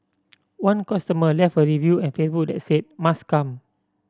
one customer left a review at Facebook that said must come